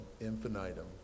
infinitum